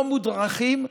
לא מודרכים.